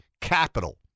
capital